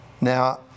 Now